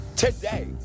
Today